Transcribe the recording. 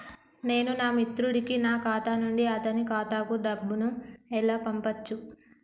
నేను నా మిత్రుడి కి నా ఖాతా నుండి అతని ఖాతా కు డబ్బు ను ఎలా పంపచ్చు?